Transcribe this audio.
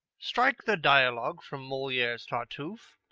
strike the dialogue from moliere's tartuffe,